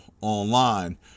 online